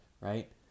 right